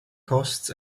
costs